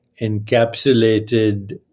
encapsulated